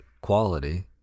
quality